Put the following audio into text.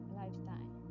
lifetime